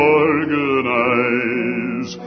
organize